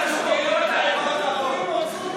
מרגיש כמו שוק.